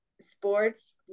sports